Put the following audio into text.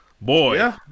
Boy